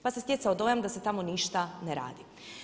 Pa se stjecao dojam da se tamo ništa ne radi.